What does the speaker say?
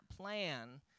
plan